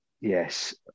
yes